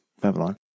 Babylon